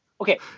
okay